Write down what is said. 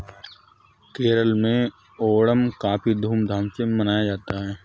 केरल में ओणम काफी धूम धाम से मनाया जाता है